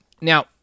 Now